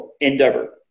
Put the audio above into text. endeavor